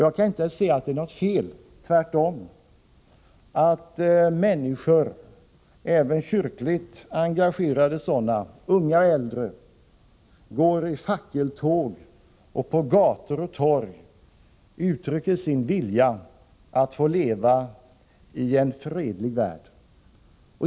Jag kan inte se att det är något fel i — tvärtom — att människor, även kyrkligt engagerade, unga och äldre, går i fackeltåg och på gator och torg uttrycker sin vilja att få leva i en fredlig värld.